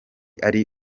ari